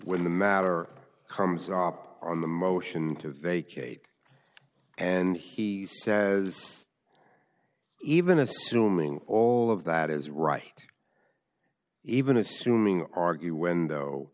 when the matter comes up on the motion to vacate and he says even assuming all of that is right even assuming argue window